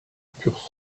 purent